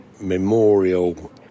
memorial